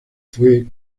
fue